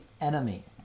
enemy